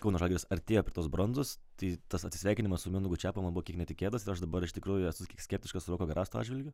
kauno žalgiris artėja prie tos bronzos tai tas atsisveikinimas su mindaugu čepu man buvo kiek netikėtas ir aš dabar iš tikrųjų esu skeptiškas roko garasto atžvilgiu